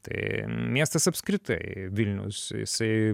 tai miestas apskritai vilniaus jisai